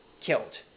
killed